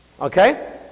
Okay